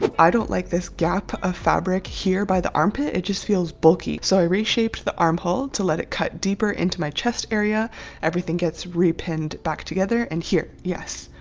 i don't like this gap of fabric here by the armpit. it just feels bulky so i reshaped the armhole to let it cut deeper into my chest area everything gets re-pinned back together and here. yes,